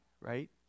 right